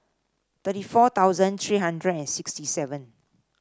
thirty four thousand three hundred and sixty seven